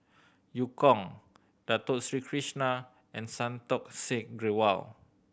Eu Kong Dato Sri Krishna and Santokh Singh Grewal